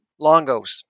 Longos